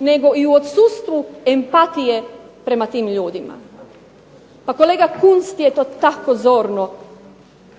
nego i u odsustvu empatije prema tim ljudima. Pa kolega Kunst je to tako zorno